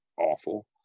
awful